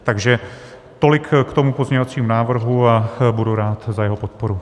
Takže tolik k tomu pozměňovacímu návrhu a budu rád za jeho podporu.